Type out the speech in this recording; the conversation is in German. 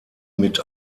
mit